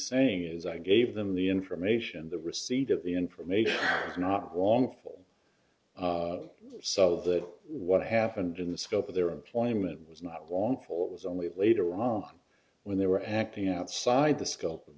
saying is i gave them the information the receipt of the information not long for so that what happened in the scope of their employment was not long for it was only later on when they were acting outside the scope of